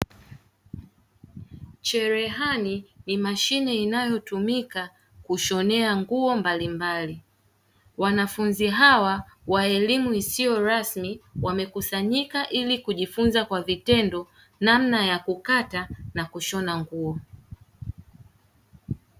Cherehani ni mashine inayotumika kushonea nguo mbalimbali, wanafunzi hawa wa elimu isiyo rasmi wamekusanyika ili kujifunza kwa vitendo namna ya kukata na kushona nguo.